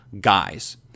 guys